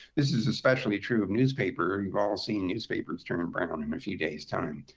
this is especially true of newspaper. you've all seen newspapers turn and brown in a few days time.